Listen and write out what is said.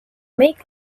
make